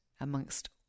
amongst